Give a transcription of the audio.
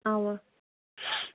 اوا